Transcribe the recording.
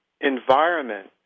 Environment